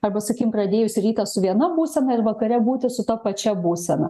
arba sakykim pradėjus rytą su viena būsena ir vakare būti su ta pačia būsena